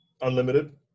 unlimited